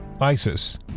ISIS